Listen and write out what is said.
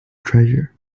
treasure